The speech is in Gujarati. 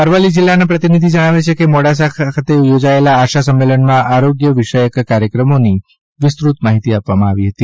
અરવલ્લી જિલ્લાના પ્રતિનિધિ જણાવે છે કે મોડાસા ખાતે યોજાયેલા આશા સંમેલનમાં આરોગ્ય વિષયક કાર્યક્રમોની વિસ્તૃત માહિતી આપવામાં આવી હતી